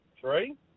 Three